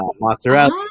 mozzarella